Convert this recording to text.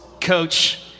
Coach